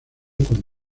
con